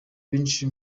benshi